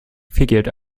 figured